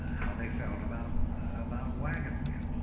how they felt about about wagon wheel.